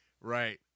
Right